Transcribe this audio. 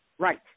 Right